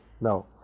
No